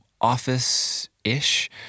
office-ish